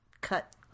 cut